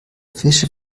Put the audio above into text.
fische